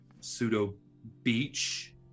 pseudo-beach